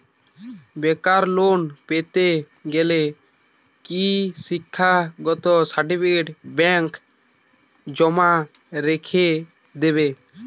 বেকার লোন পেতে গেলে কি শিক্ষাগত সার্টিফিকেট ব্যাঙ্ক জমা রেখে দেবে?